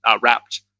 wrapped